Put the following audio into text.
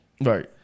right